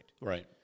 Right